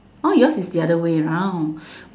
oh yours is the other way round